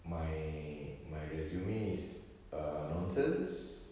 my my resume is err nonsense